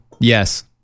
Yes